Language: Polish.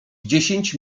dziesięć